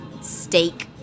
steak